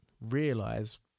realize